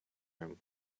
room